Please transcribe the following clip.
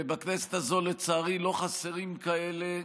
ובכנסת הזאת לצערי לא חסרים כאלה,